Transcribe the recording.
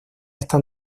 esta